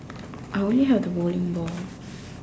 I only have the bowling ball